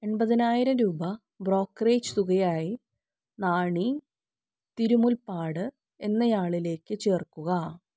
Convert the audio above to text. എൺപതിനായിരം രൂപ ബ്രോക്കറേജ് തുകയായി നാണി തിരുമുൽപ്പാട് എന്നയാളിലേക്ക് ചേർക്കുക